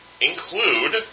include